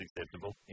acceptable